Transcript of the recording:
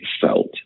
felt